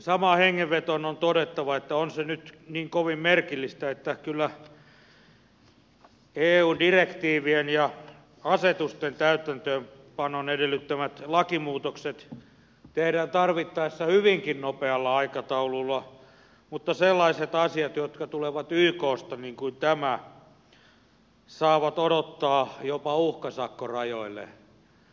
samaan hengenvetoon on todettava että on se nyt niin kovin merkillistä että kyllä eu direktiivien ja asetusten täytäntöönpanon edellyttämät lakimuutokset tehdään tarvittaessa hyvinkin nopealla aikataululla mutta sellaiset asiat jotka tulevat yksta niin kuin tämä saavat odottaa jopa uhkasakkorajoille asti